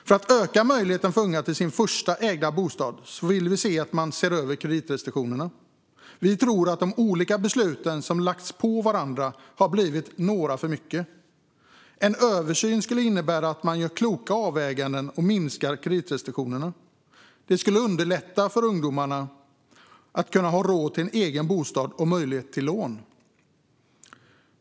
För att öka möjligheten för unga till den första ägda bostaden vill vi att man ser över kreditrestriktionerna. Vi tror att de olika beslut som lagts på varandra har blivit några för många. En översyn skulle innebära att man gör kloka avväganden och minskar på kreditrestriktionerna. Detta skulle underlätta för ungdomar att få råd och möjlighet att låna till en egen bostad.